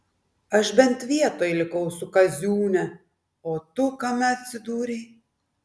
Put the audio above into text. aš bent vietoj likau su kaziūne o tu kame atsidūrei